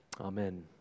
Amen